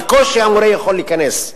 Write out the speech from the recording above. בקושי המורה יכול להיכנס.